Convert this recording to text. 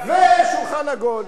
ושולחן עגול.